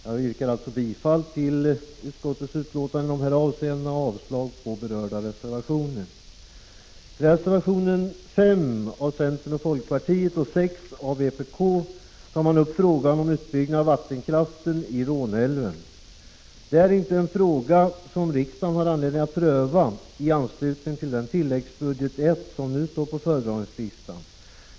Jag yrkar alltså bifall till hemställan i utskottets betänkande i dessa avseenden och avslag på berörda reservationer. upp frågan om utbyggnad av vattenkraften i Råneälven. Detta är inte en Prot. 1985/86:54 fråga som riksdagen har anledning att pröva i anslutning till den del av 17 december 1985 tilläggsbudget I som nu står på föredragningslistan.